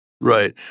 Right